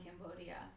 cambodia